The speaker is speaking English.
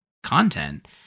content